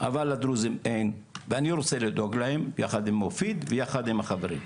אבל לדרוזים אין ואני רוצה לדאוג להם ביחד עם מופיד ויחד עם החברים.